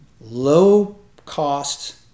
low-cost